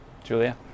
Julia